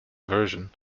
version